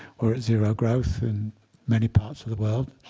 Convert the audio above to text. we're at zero growth in many parts of the world.